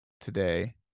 Today